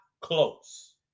close